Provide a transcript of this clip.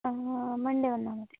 Monday വന്നാൽ മതി